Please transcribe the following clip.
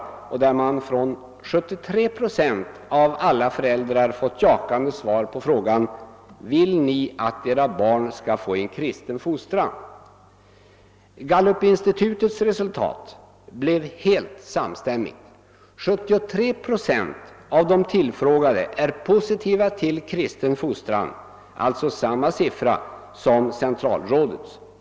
Man hade där från 73 procent av alla föräldrar i undersökningen fått jakande svar på följande fråga: »Vill ni att era barn ska få en kristen fostran?» Gallupinstitutets resultat blev exakt detsamma. Av de tillfrågade var 73 procent positiva till en kristen fostran, alltså samma andel som i centralrådets undersökning.